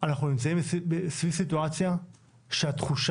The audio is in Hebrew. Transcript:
שאנחנו נמצאים סביב סיטואציה שהתחושה